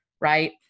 right